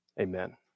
Amen